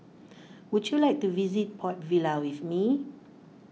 would you like to visit Port Vila with me